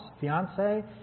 fiance